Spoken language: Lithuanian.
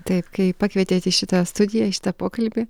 taip kai pakvietėt į šitą studiją į šitą pokalbį